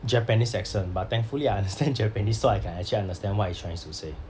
japanese accent but thankfully I understand japanese so I can actually understand what he is trying to say